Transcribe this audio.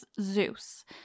Zeus